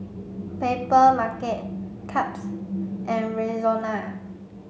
Papermarket Chaps and Rexona